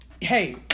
Hey